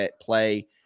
play